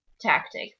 tactic